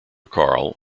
karl